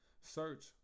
search